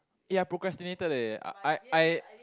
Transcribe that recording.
ya I procrastinated leh I I I